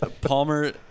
Palmer